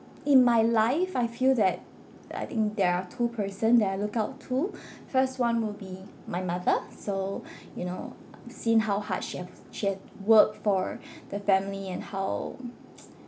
in my life I feel that I think there are two person that I look up to first one will be my mother so you know seen how hard she have she have worked for the family and how